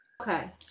Okay